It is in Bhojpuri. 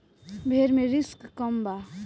भेड़ मे रिस्क कम बा